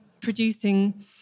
producing